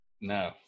No